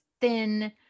thin